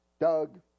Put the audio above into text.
Doug